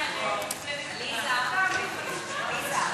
176 והוראת שעה), התשע"ו 2016, נתקבל.